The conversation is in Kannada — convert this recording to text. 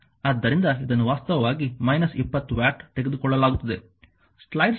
ಆದ್ದರಿಂದ ಇದನ್ನು ವಾಸ್ತವವಾಗಿ −20 ವ್ಯಾಟ್ ತೆಗೆದುಕೊಳ್ಳಲಾಗುತ್ತದೆ